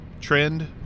trend